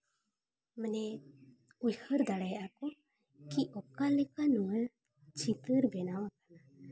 ᱢᱟᱱᱮ ᱩᱭᱦᱟᱹᱨ ᱫᱟᱲᱮᱭᱟᱠᱚ ᱠᱤ ᱚᱠᱟ ᱞᱮᱠᱟ ᱱᱚᱣᱟ ᱪᱤᱛᱟᱹᱨ ᱵᱮᱱᱟᱣ ᱟᱠᱟᱱᱟ